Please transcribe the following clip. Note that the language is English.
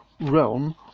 realm